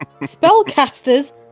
Spellcasters